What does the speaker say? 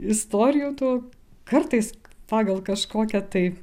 istorijų tų kartais pagal kažkokią tai